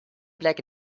black